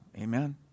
Amen